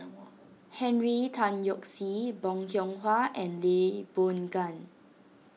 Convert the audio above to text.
Henry Tan Yoke See Bong Hiong Hwa and Lee Boon Ngan